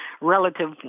relative